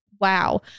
wow